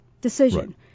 decision